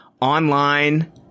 online